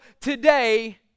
today